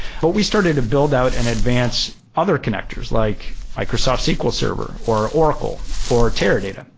but we started to build out an advance other connectors, like microsoft sql server, or oracle, or teradata,